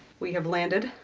we have landed.